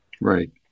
Right